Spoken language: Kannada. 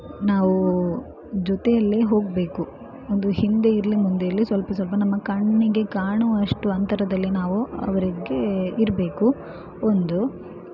ನಾವು ಜೊತೆಯಲ್ಲೇ ಹೋಗಬೇಕು ಒಂದು ಹಿಂದೆ ಇರಲಿ ಮುಂದೆ ಇರಲಿ ಸ್ವಲ್ಪ ಸ್ವಲ್ಪ ನಮ್ಮ ಕಣ್ಣಿಗೆ ಕಾಣುವಷ್ಟು ಅಂತರದಲ್ಲಿ ನಾವು ಅವರಿಗೆ ಇರಬೇಕು ಒಂದು